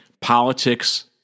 Politics